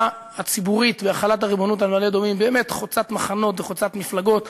הציבורית בהחלת הריבונות על מעלה-אדומים באמת חוצת מחנות וחוצת מפלגות.